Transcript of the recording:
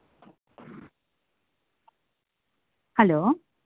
hello